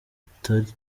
butari